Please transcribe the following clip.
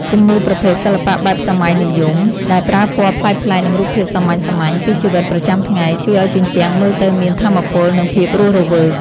គំនូរប្រភេទ សិល្បៈបែបសម័យនិយម ដែលប្រើពណ៌ប្លែកៗ និងរូបភាពសាមញ្ញៗពីជីវិតប្រចាំថ្ងៃ ជួយឱ្យជញ្ជាំងមើលទៅមានថាមពល និងភាពរស់រវើក។